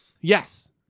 Yes